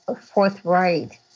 forthright